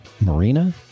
Marina